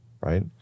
right